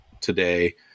today